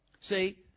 See